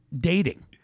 dating